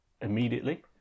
immediately